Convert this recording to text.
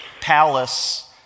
palace